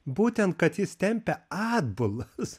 būtent kad jis tempia atbulas